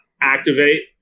activate